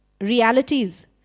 realities